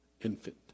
infant